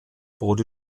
bois